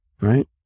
Right